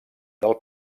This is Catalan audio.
del